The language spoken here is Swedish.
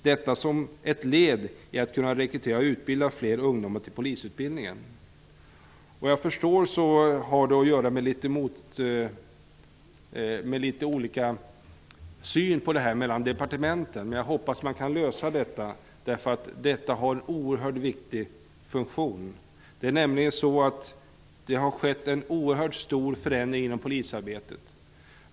Detta som ett led i att kunna rekrytera fler ungdomar till polisutbildningen. Vad jag förstår förekommer litet olika syn på detta mellan departementen, men jag hoppas att man kan lösa problemet för detta har en oerhört viktig funktion. Det har nämligen skett en oerhört stor förändring inom polisarbetet.